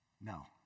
no